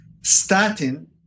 statin